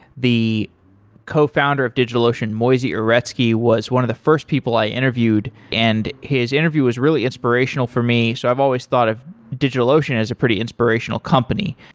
the cofounder of digitalocean, moisey uretsky, was one of the first people i interviewed, and his interview was really inspirational for me. so i've always thought of digitalocean as a pretty inspirational company.